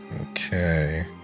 Okay